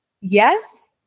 Yes